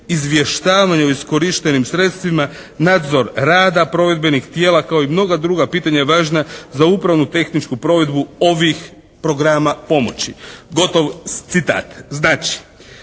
gotov citat. Znači,